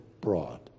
broad